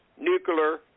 nuclear